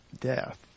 death